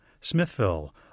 Smithville